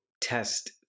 test